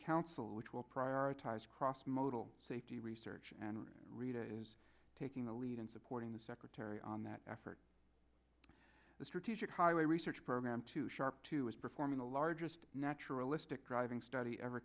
council which will prioritize cross modal safety research and read it is taking the lead in supporting the secretary on that effort the strategic highway research program to sharp two is performing the largest naturalistic driving study ever